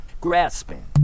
grasping